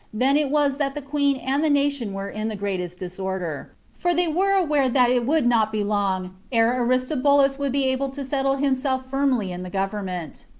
then it was that the queen and the nation were in the greatest disorder, for they were aware that it would not be long ere aristobulus would be able to settle himself firmly in the government.